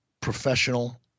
professional